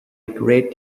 great